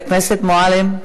חברת הכנסת מועלם,